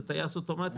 זה טייס אוטומטי,